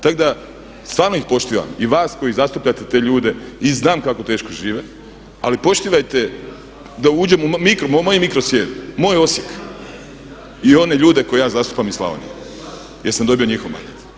Tako da stvarno ih poštivam i vas koji zastupate te ljude i znam kako teško žive, ali poštivajte da uđemo u moj mikrosvijet, moj Osijek i one ljude koje ja zastupam iz Slavonije jer sam dobio njihov mandat.